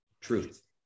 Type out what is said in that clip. truth